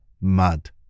mud